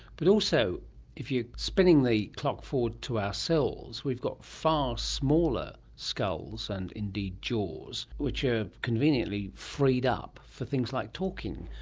but also if you're spinning the clock forward to ourselves, we've got far smaller skulls and indeed jaws which are conveniently freed up for things like talking.